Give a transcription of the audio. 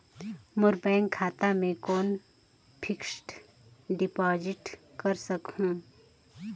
मोर bank खाता मे कौन फिक्स्ड डिपॉजिट कर सकहुं?